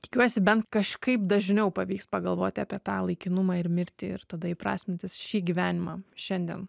tikiuosi bent kažkaip dažniau pavyks pagalvoti apie tą laikinumą ir mirtį ir tada įprasminti šį gyvenimą šiandien